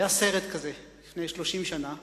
היה סרט כזה, לפני 30 שנה,